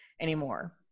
anymore